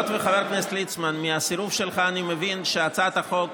חבר הכנסת ליצמן, מהסירוב שלך אני מבין שהצעת החוק